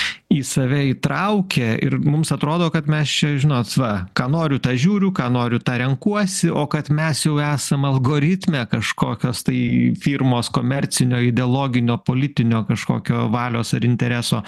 į save įtraukia ir mums atrodo kad mes čia žinot va ką noriu tą žiūriu ką noriu tą renkuosi o kad mes jau esam algoritme kažkokios tai firmos komercinio ideologinio politinio kažkokio valios ar intereso